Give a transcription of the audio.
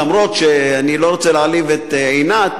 למרות שאני לא רוצה להעליב את עינת,